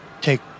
take